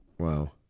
Wow